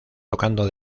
tocando